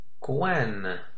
Gwen